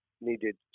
needed